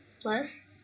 Plus